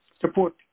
Support